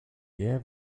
ehe